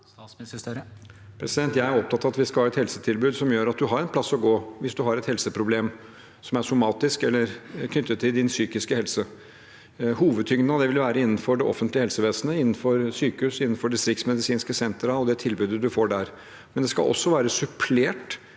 Jeg er opptatt av at vi skal ha et helsetilbud som gjør at man har en plass å gå hvis man har et helseproblem som er somatisk eller knyttet til sin psykiske helse. Hovedtyngden av det vil være innenfor det offentlige helsevesenet, innenfor sykehusene, innenfor distriktsmedisinske senter og det tilbudet man får der, men det skal også være supplert